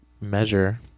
measure